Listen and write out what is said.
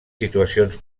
situacions